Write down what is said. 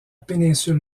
péninsule